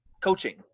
coaching